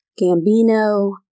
Gambino